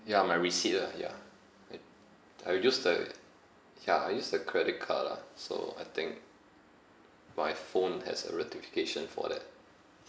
ya my receipt ah ya it I used the ya I used the credit card lah so I think my phone has a ratification for that